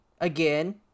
again